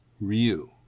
Ryu